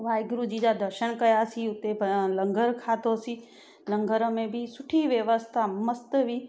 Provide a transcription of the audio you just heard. वाहेगुरु जी जा दर्शन कयासीं हुते लंगर खाधोसीं लंगर में बि सुठी व्यवस्था मस्तु हुई